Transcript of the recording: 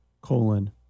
colon